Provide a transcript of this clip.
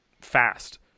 fast